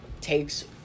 takes